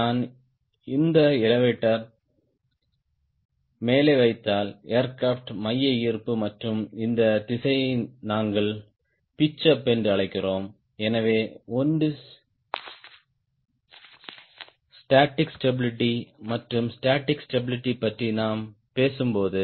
நான் இந்த எலெவடோர் மேலே வைத்தால் ஏர்கிராப்ட் மைய ஈர்ப்பு மற்றும் இந்த திசையை நாங்கள் பிட்ச் அப் என்று அழைக்கிறோம் எனவே ஒன்று ஸ்டாடிக் ஸ்டாபிளிட்டி மற்றும் ஸ்டாடிக் ஸ்டாபிளிட்டி பற்றி நான் பேசும்போது